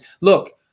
look